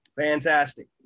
Fantastic